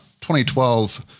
2012